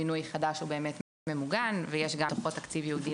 כל בינוי חדש הוא באמת ממוגן ויש בתוכו גם תקציב ייעודי